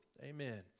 Amen